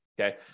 okay